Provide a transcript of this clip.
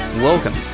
Welcome